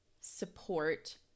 support